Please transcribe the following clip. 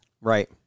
Right